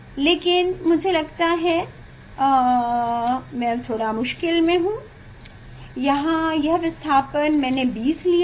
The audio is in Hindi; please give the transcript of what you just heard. लेकिन मुझे लगता है मैं मुश्किल में हूँ यहाँ यह विस्थापन मैंने 20 लिया था